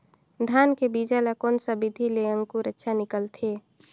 धान के बीजा ला कोन सा विधि ले अंकुर अच्छा निकलथे?